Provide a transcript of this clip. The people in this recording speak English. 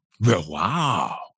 Wow